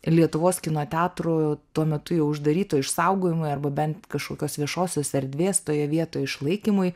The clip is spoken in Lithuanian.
lietuvos kino teatrų tuo metu jau uždaryto išsaugojimui arba bent kažkokios viešosios erdvės toje vietoj išlaikymui